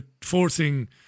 forcing